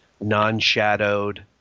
non-shadowed